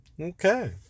Okay